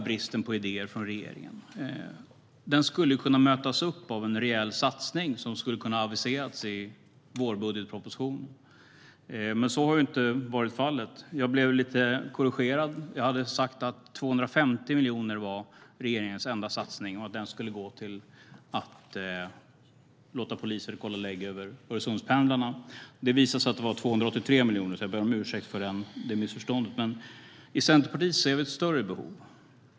Bristen på idéer från regeringen skulle ha kunnat mötas upp av en rejäl satsning som hade kunnat aviseras i vårbudgetpropositionen. Men så har inte varit fallet. Jag blev lite korrigerad. Jag hade sagt att 250 miljoner var regeringens enda satsning och att den skulle gå till att låta poliser kolla Öresundspendlarnas legitimation. Det visade sig att det var 283 miljoner. Jag ber om ursäkt för det missförståndet. Men i Centerpartiet ser vi ett större behov.